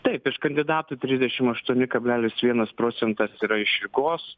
taip iš kandidatų trisdešim aštuoni kablelis vienas procentas yra iš rygos